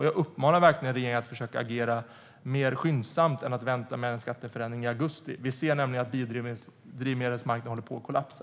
Jag uppmanar regeringen att försöka agera mer skyndsamt än att vänta med en skatteförändring till augusti. Vi ser nämligen att drivmedelsmarknaden håller på att kollapsa.